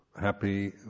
happy